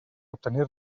obtenir